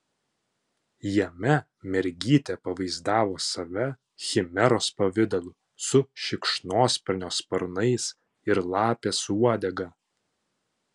jame mergytė pavaizdavo save chimeros pavidalu su šikšnosparnio sparnais ir lapės uodega